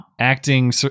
Acting